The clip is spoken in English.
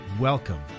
Welcome